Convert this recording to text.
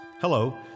Hello